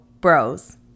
Bros